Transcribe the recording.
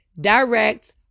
direct